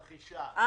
על מס רכישה.